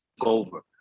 over